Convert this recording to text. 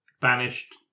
banished